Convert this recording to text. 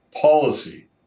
policy